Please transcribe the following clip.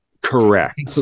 correct